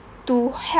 to help